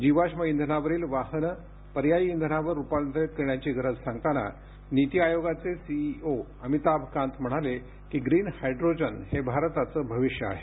जीवाष्म इंधनावरील वाहनं पर्यायी इंधनावर रुपांतरित करण्याची गरज सांगताना नीति आयोगाचे सीईओ अमिताभ कांत म्हणाले की ग्रीन हायड्रोजन हे भारताचे भविष्य आहे